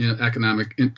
economic